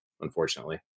Unfortunately